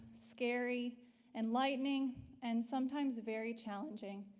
scary enlightening and sometimes very challenging,